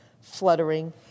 fluttering